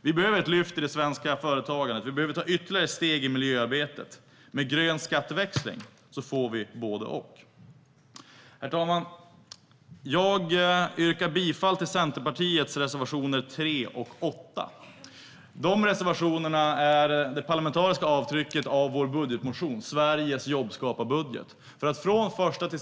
Vi behöver ett lyft i det svenska företagandet. Vi behöver ta ytterligare steg i miljöarbetet. Med grön skatteväxling får vi både och. Herr talman! Jag yrkar bifall till Centerpartiets reservationer 3 och 8. Dessa reservationer är det parlamentariska avtrycket av vår budgetmotion Sveriges jobbskaparbudget .